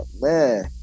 man